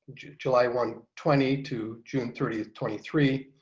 july one, twenty to june thirty, twenty three.